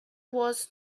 was